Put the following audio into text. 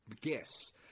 guess